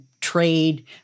trade